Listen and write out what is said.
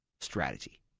strategy